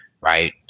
Right